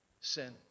sin